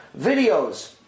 videos